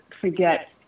forget